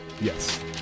Yes